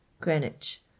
Greenwich